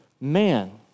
man